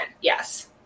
yes